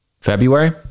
February